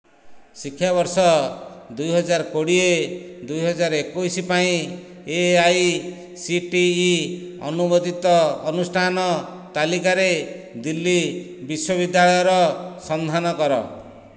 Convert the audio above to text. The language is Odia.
ଶିକ୍ଷାବର୍ଷ ଦୁଇ ହଜାର କୋଡ଼ିଏ ଦୁଇ ହଜାର ଏକୋଇଶ ପାଇଁ A I C T E ଅନୁମୋଦିତ ଅନୁଷ୍ଠାନ ତାଲିକାରେ ଦିଲ୍ଲୀ ବିଶ୍ୱବିଦ୍ୟାଳୟର ସନ୍ଧାନ କର